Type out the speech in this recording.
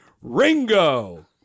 Ringo